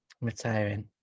retiring